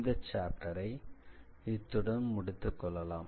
இந்த சாப்டரை இத்துடன் முடித்துக் கொள்ளலாம்